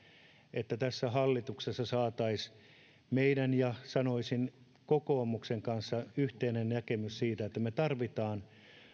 että tässä hallituksessa saataisiin meidän ja sanoisin kokoomuksen kanssa yhteinen näkemys siitä että me tarvitsemme